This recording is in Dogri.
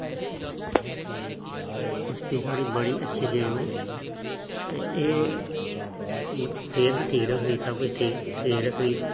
कुश्ती साढ़ी बड़ी अच्छी गेम ऐ ते एह् सेह्त बी छीक रखदी सबकुश बी छीक रखदी